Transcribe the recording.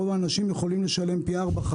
רוב אנשים יכולים לשלם פי ארבעה,